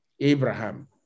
Abraham